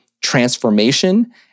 transformation